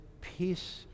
peace